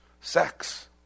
sex